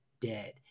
dead